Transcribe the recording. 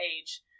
age